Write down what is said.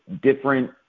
different